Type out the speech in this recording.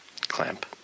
Clamp